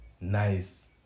nice